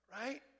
right